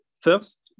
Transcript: First